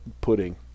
pudding